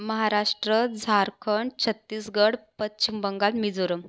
Maharashtra Jharkhand Chhattisgarh Paschim Bengal Mizoram